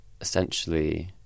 essentially